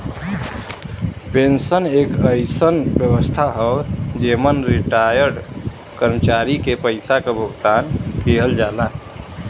pension एक अइसन व्यवस्था हौ जेमन रिटार्यड कर्मचारी के पइसा क भुगतान किहल जाला